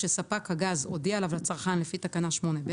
שספק הגז הודיע עליו לצרכן הגז לפי תקנה 8(ב),